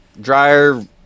dryer